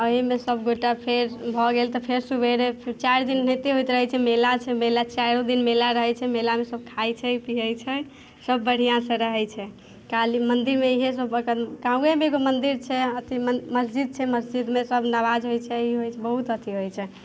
एहिमे सबगोटाके भऽ गेल तऽ फेर सबेरे चारि दिन होइते होइत रहै छै मेला छै मेला चाइरो दिन मेला रहै छै मेलामे सब खाइ छै पिए छै सब बढ़िआँसँ रहै छै काली मन्दिरमे इएह सबपर तनि गामेमे एगो मन्दिर छै अथी मसजिद छै मसजिदमे सब नमाज होइ छै ई होइ छै बहुत अथी होइ छै